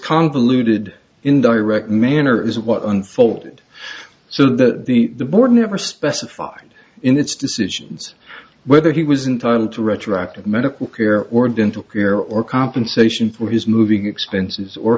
convoluted in direct manner is what unfolded so that the board never specified in its decisions whether he was entirely to retroactive medical care or dental care or compensation for his moving expenses or